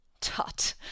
Tut